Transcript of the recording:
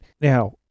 Now